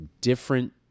Different